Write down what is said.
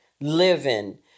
living